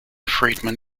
friedman